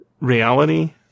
reality